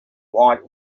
white